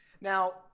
Now